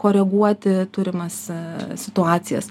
koreguoti turimas situacijas